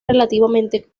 relativamente